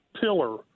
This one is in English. pillar